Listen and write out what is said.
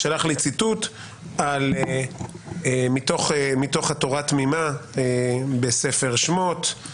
הוא שלח לי ציטוט מתוך התורה התמימה בספר שמות,